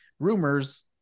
rumors